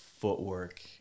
footwork